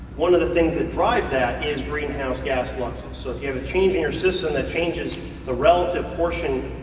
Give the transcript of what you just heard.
one of the things that drives that is greenhouse gas fluxes, so if you have a change in your system, that changes a relative portion,